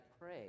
pray